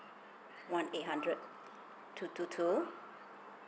one eight hundred two two two